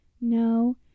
No